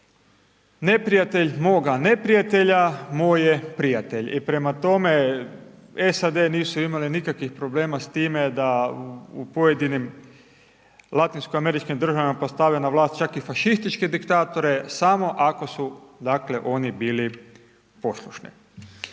neprijatelj moga neprijatelj, moj je prijatelj, i prema tome SAD nisu imale nikakvih problema s time da u pojedinim Latinsko američkim državama postave na vlast čak i fašističke diktatora, samo ako su, dakle oni bili poslušni.